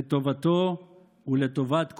לטובתו ולטובת כולנו.